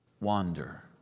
Wander